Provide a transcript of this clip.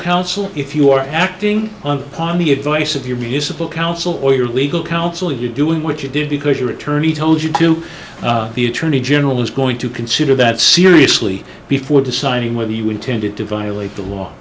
counsel if you are acting upon the advice of your municipal council or your legal counsel you doing what you did because your attorney told you to the attorney general is going to consider that seriously before deciding whether you intended to violate the law